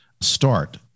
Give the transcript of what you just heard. start